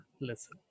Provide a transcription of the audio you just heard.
listen